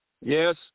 Yes